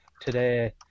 today